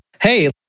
Hey